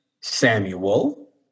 Samuel